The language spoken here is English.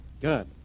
Good